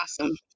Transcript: Awesome